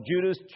Judas